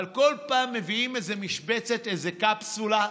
אבל כל פעם מביאים איזו משבצת, איזו קפסולה,